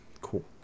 Cool